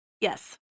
Yes